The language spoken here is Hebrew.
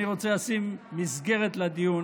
אני רוצה לשים מסגרת לדיון.